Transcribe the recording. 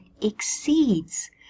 exceeds